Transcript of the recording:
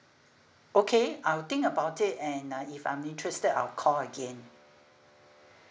okay I'll think about it and uh if I'm interested I'll call again